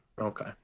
okay